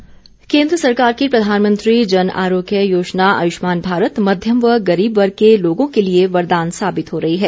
आयुष्मान केन्द्र सरकार की प्रधानमंत्री जन आरोग्य योजना आयुष्मान भारत मध्यम व गरीब वर्ग के लोगों के लिए वरदान साबित हो रही है